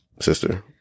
sister